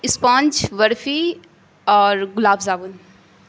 sponge barfi اور گلاب جامن